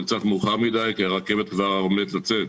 זה קצת מאוחר מדי כי הרכבת עומדת לצאת.